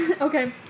Okay